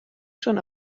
schon